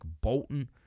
Bolton